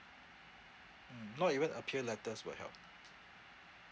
mm not even appeal letters will help